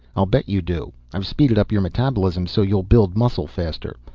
i'll bet you do. i've speeded up your metabolism so you'll build muscle faster.